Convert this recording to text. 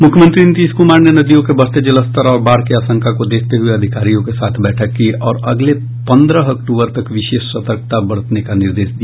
मुख्यमंत्री नीतीश कुमार ने नदियों में बढ़ते जलस्तर और बाढ़ की आशंका को देखते हुये अधिकारियों के साथ बैठक की और अगले पंद्रह अक्टूबर तक विशेष सतर्कता बरतने का निर्देश दिया